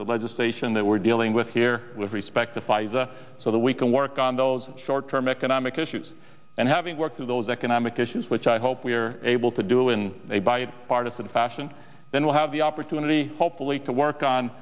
the legislation that we're dealing with here with respect to pfizer so that we can work on those short term economic issues and having worked through those economic issues which i hope we are able to do in a bipartisan fashion then we'll have the opportunity hopefully to work on